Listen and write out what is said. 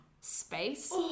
Space